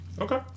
Okay